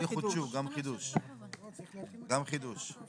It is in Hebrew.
או יחודשו, גם חידוש, חד משמעי.